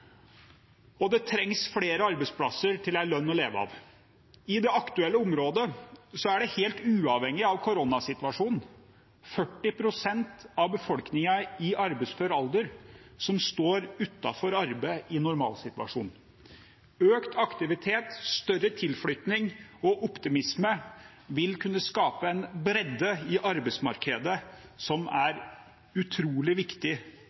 lønn å leve av. I det aktuelle området er det, helt uavhengig av koronasituasjonen, 40 pst. av befolkningen i arbeidsfør alder som står uten arbeid – i en normalsituasjon. Økt aktivitet, større tilflytning og optimisme vil kunne skape en bredde i arbeidsmarkedet som er utrolig viktig